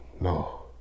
no